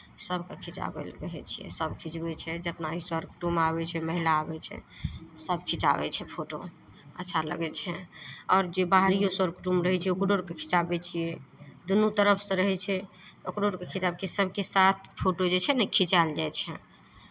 सभकेँ खिचाबै लए कहै छियै सभ खिँचबै छै जेतना भी सर कुटुम्ब आबै छै महिला आबै छै सभ खिचाबै छै फोटो अच्छा लगै छै आओर जे बाहरिओ सरकुटुम रहै छै ओकरो अरके खिचाबै छियै दुनू तरफसँ रहै छै ओकरो आरके खिचाबै छियै सभके साथ फोटो जे छै ने खिचायल जाइ छै